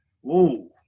Whoa